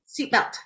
Seatbelt